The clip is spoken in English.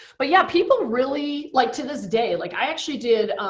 but yeah, people really, like to this day, like i actually did